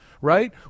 right